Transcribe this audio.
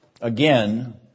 again